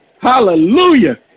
Hallelujah